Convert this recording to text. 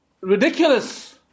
ridiculous